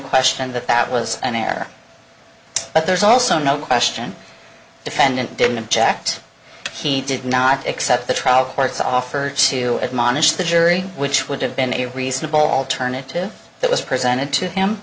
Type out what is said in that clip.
question that that was an error but there's also no question the defendant didn't object he did not accept the trial court's offer to admonish the jury which would have been a reasonable alternative that was presented to him